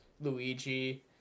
luigi